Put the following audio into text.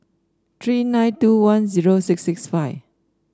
three nine two one zero six six five